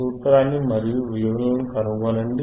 సూత్రాన్నిమరియు విలువలను కనుగొనండి